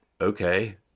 okay